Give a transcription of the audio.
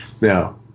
Now